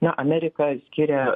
na amerika skiria